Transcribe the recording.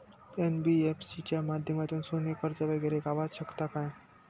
NBFC च्या माध्यमातून सोने कर्ज वगैरे गावात शकता काय?